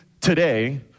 today